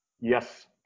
Yes